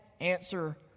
answer